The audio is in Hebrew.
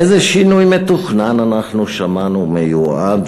איזה שינוי מתוכנן אנחנו שמענו מיועד,